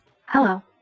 Hello